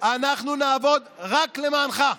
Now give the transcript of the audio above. אנחנו נעבוד רק למענך,